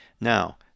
Now